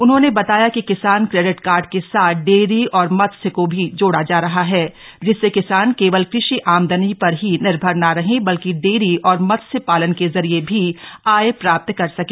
उन्होंने बताया कि किसान क्रेडिट काई के साथ डेयरी और मत्स्य को भी जोड़ा जा रहा है जिससे किसान केवल कृषि आमदनी पर ही निर्भर ना रहे बल्कि डेयरी और मत्स्य पालन के जरिए भी आय प्राप्त कर सके